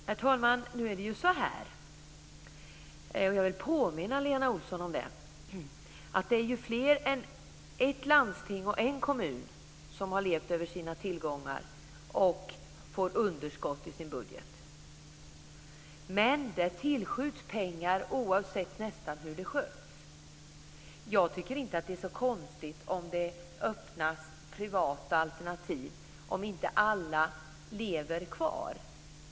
Herr talman! Jag vill påminna Lena Olsson att det är fler än ett landsting och en kommun som har levt över sina tillgångar och fått underskott i sin budget. Men det tillskjuts pengar nästan oavsett hur skötseln har varit. Jag tycker inte att det är så konstigt att inte alla privata alternativ lever kvar.